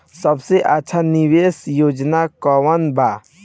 सबसे अच्छा निवेस योजना कोवन बा?